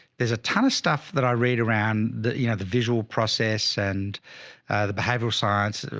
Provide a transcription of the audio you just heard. there's a ton of stuff that i read around that, you know, the visual process and the behavioral science,